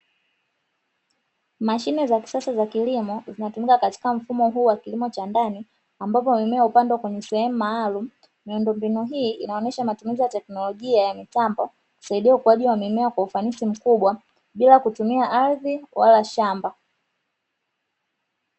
Mashine za kisasa za kilimo, zinatumika katika mfumo huu wa kilimo cha ndani, ambao unaiwezesha kupanda kwenye sehemu maalumu, mandhari hii inaonyesha matumizi ya teknolojia ya mitambo, kusaidia uendelevu wa mimea kwa ufanisi mkubwa, bila kutumia ardhi wala shamba.